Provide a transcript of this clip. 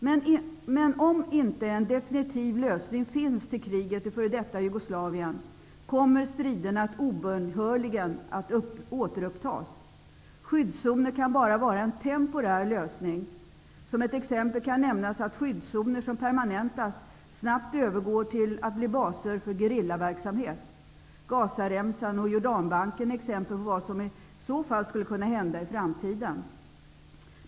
Men om inte en definitiv lösning finns på kriget i f.d. Jugoslavien kommer striderna obönhörligen att återupptas. Skyddszoner kan bara vara en temporär lösning. Som ett exempel kan nämnas att skyddszoner som permanentas snabbt övergår till att bli baser för gerillaverksamhet. Gazaremsan och Jordanbanken är exempel på vad som i så fall skulle kunna hända i framtiden.